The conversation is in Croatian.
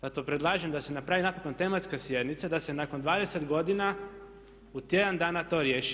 Zato predlažem da se napravi napokon tematska sjednica da se nakon 20 godina u tjedan dana to riješi.